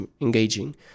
engaging